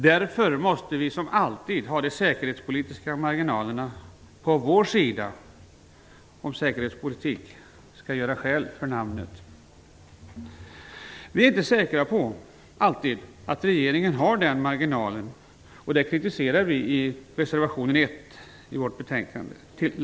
Därför måste vi, som alltid, ha de säkerhetspolitiska marginalerna på vår sida om säkerhetspolitik skall göra skäl för namnet. Vi är inte alltid säkra på att regeringen har den marginalen, och det kritiserar vi i reservation 1 i betänkandet.